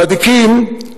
צדיקים,